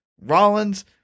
rollins